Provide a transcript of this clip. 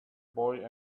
boy